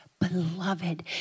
beloved